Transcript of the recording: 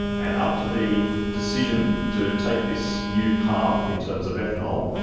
and up to the decision to take this new path, in terms of ethanol,